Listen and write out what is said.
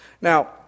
Now